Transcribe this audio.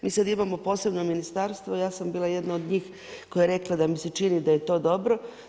Mi sada imamo posebno ministarstvo, ja sam bila jedna od njih koja je rekla da mi se čini da je to dobro.